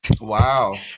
Wow